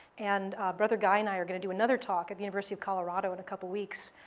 and brother guy and i are going to do another talk at the university of colorado in a couple weeks,